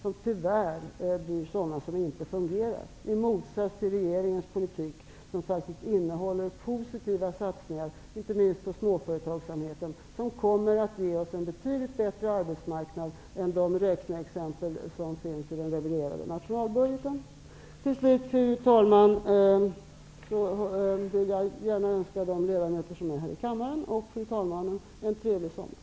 De fungerar tyvärr inte i motsats till regeringens politik, som innehåller positiva satsningar, inte minst på småföretagsamheten, vilka kommer att ge oss en betydligt bättre arbetsmarknad än de räkneexempel som finns i den reviderade nationalbudgeten. Till slut vill jag gärna önska fru talmannen samt de ledamöter som finns här i kammaren en trevlig sommar.